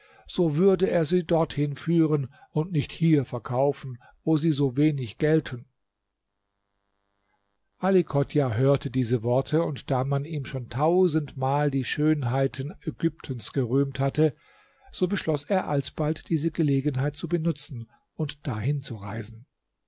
so würde er sie dorthin führen und nicht hier verkaufen wo sie so wenig gelten ali chodjah hörte diese worte und da man ihm schon tausendmal die schönheiten ägyptens gerühmt hatte so beschloß er alsbald diese gelegenheit zu benutzen und dahin zu reisen